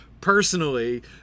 personally